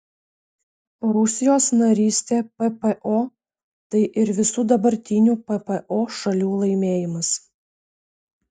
rusijos narystė ppo tai ir visų dabartinių ppo šalių laimėjimas